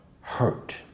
hurt